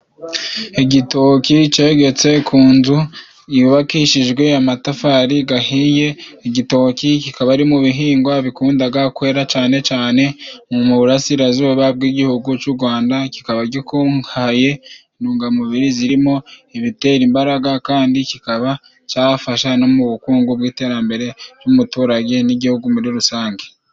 Igitoki cegetse ku nzu yubakishijwe amatafari gahiye igitoki kikaba ari mu bihingwa bikundaga kwera cane cane mu burasirazuba bw'igihugu cy'u Rwanda kikaba gikungahaye intungamubiri zirimo ibitera imbaraga kandi kikaba cyafasha no mu bukungu bw'iterambere ry'umuturage n'igihugu muri rusange.